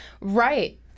Right